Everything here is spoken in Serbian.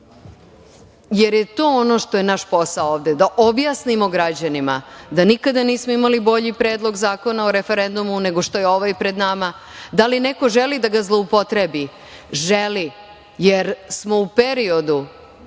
jer je to ono što je naš posao ovde, da objasnimo građanima da nikada nismo imali bolji Predlog zakona o referendumu, nego što je ovaj pred nama. Da li neko želi da ga zloupotrebi? Želi, jer smo u periodu,